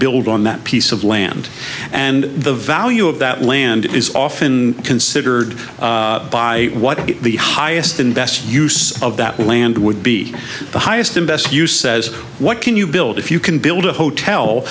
build on that piece of land and the value of that land is often considered by what the highest and best use of that land would be the highest and best use says what can you build if you can build a hotel